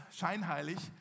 Scheinheilig